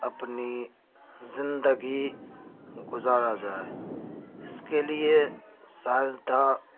اپنی زندگی گزارا جائے اس کے لیے سائنس داں